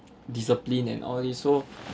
discipline and all these so